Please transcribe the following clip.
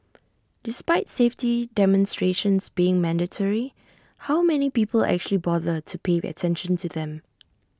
despite safety demonstrations being mandatory how many people actually bother to pay attention to them